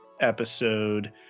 episode